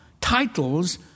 titles